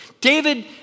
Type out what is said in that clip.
David